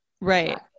Right